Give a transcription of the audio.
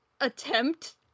attempt